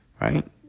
right